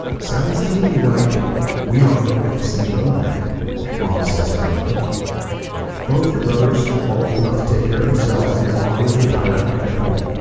sounds to me like we aren't looking at the same road map mom says firmly both your brothers are old enough to take care of themselves and your father is retired and at home